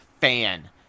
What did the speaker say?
fan